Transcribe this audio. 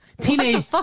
teenage